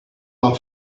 are